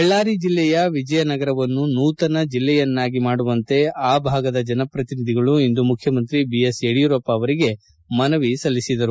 ಬಳ್ಳಾರಿ ಜಿಲ್ಲೆಯ ವಿಜಯನಗರವನ್ನು ನೂತನ ಜಿಲ್ಲೆಯನ್ನಾಗಿ ಮಾಡುವಂತೆ ಆ ಭಾಗದ ಜನಪತ್ರಿನಿಧಿಗಳು ಇಂದು ಮುಖ್ಯಮಂತ್ರಿ ಬಿಎಸ್ ಯಡಿಯೂರಪ್ಪ ಅವರಿಗೆ ಮನವಿ ಸಲ್ಲಿಸಿದರು